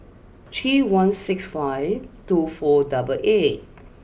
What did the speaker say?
three one six five two four double eight